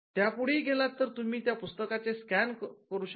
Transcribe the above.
त्यापुढेही गेलात तर तुम्ही त्या पुस्तकांचे स्कॅन करू शकता